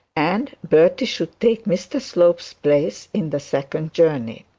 and bertie should take mr slope's place in the second journey.